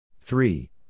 three